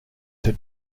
had